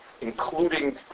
including